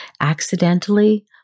accidentally